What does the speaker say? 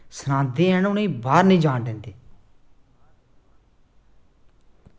सनांदे हैन उनेंगी बाहर निं जान दिंदे